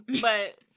but-